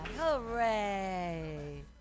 Hooray